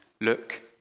look